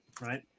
Right